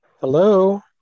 Hello